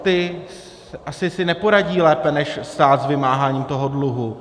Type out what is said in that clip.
Ti asi si neporadí lépe než stát s vymáháním toho dluhu.